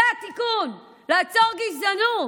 זה התיקון, לעצור גזענות,